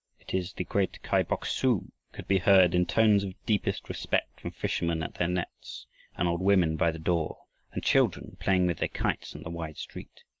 it is the great kai bok-su, could be heard in tones of deepest respect from fishermen at their nets and old women by the door and children playing with their kites in the wide street.